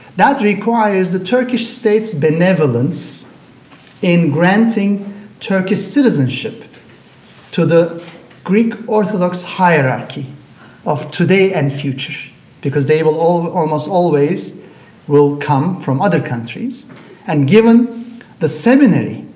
that requires the turkish state's benevolence in granting turkish citizenship to the greek orthodox hierarchy of today and future because they will almost always will come from other countries and given the seminary,